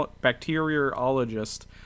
bacteriologist